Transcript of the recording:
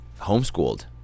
homeschooled